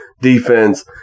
defense